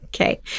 Okay